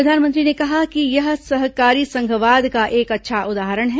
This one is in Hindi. प्रधानमंत्री ने कहा कि यह सहकारी संघवाद का एक अच्छा उदाहरण है